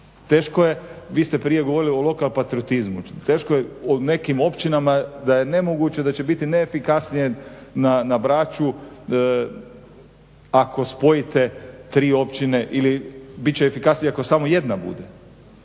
Teško je, vi ste prije govorili o lokal patriotizmu. Teško je o nekim općinama da je nemoguće da će biti neefikasnije na Braču ako spojite 3 općine ili bit će efikasnije ako samo jedna bude.